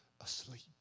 asleep